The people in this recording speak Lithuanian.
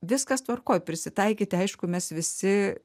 viskas tvarkoj prisitaikyti aišku mes visi